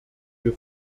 wir